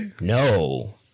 No